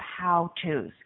how-tos